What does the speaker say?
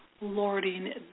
lording